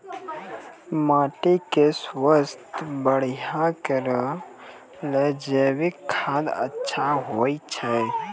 माटी के स्वास्थ्य बढ़िया करै ले जैविक खाद अच्छा होय छै?